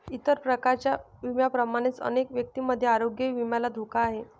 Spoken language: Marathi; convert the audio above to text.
इतर प्रकारच्या विम्यांप्रमाणेच अनेक व्यक्तींमध्ये आरोग्य विम्याला धोका आहे